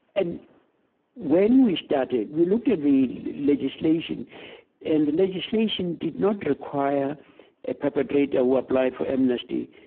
and when we started, we looked at the legislation and the legislation did not require a perpetrator who applied for amnesty